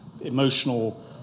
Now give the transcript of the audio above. emotional